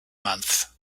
month